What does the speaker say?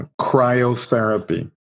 cryotherapy